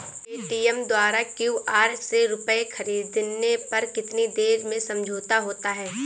Paytm द्वारा QR से रूपए ख़रीदने पर कितनी देर में समझौता होता है?